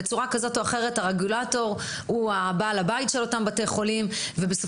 בצורה כזאת או אחרת הרגולטור הוא בעל הבית של אותם בתי חולים ובסופו